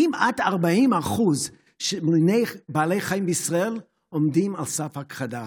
כמעט 40% ממיני בעלי חיים בישראל עומדים על סף הכחדה.